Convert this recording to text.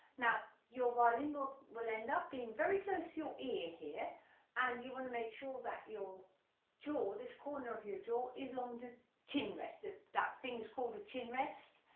now your violin will will end up being very close to your ear here and you want to make sure that your jaw this corner of your jaw is on the chin rest ah that thing's called a chin rest,